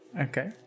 Okay